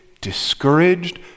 discouraged